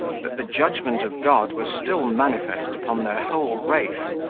that the judgment of god was still manifest upon their whole race,